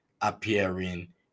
appearing